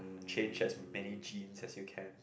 change as many gene as you can